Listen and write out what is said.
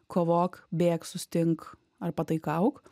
kovok bėk sustink ar pataikauk